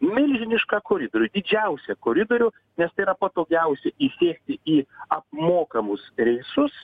milžinišką koridorių didžiausią koridorių nes tai yra patogiausia įsėsti į apmokamus reisus